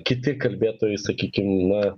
kiti kalbėtojai sakykim na